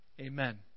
amen